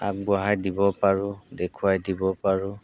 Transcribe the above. আগবঢ়াই দিব পাৰোঁ দেখুৱাই দিব পাৰোঁ